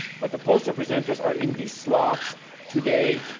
but the poster presenters are in the slots today,